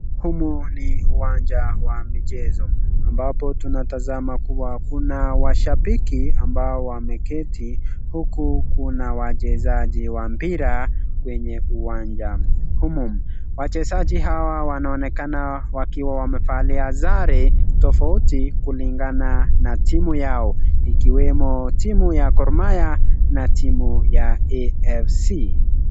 Humu ni uwanja wa michezo ambapo tunatasama kuwa kuna washabiki ambao wameketi huku kuna wachezaji wa mpira kwenye uwanja humu. Wachezaji hawa wanaonekana wakiwa wamevalia sare tofauti kulingana na timu yao ikiwemo timu ya Gormahia na timu ya AFC.